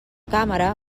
càmera